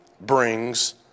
brings